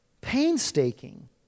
Painstaking